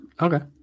okay